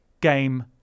game